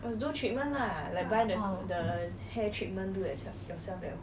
orh